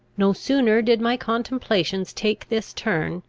no sooner did my contemplations take this turn,